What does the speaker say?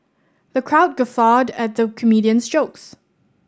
the crowd guffawed at the comedian's jokes